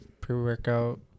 pre-workout